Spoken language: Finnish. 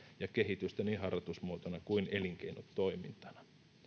ja kehitystä niin harrastusmuotona kuin elinkeinotoimintana